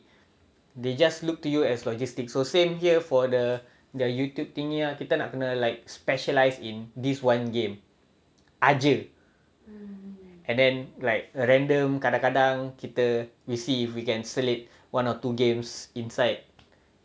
they just look to you as logistics so same here for the the youtube thingy kita nak kena like specialise in this one game jer and then like a random kadang-kadang kita we see if we can selit one or two games inside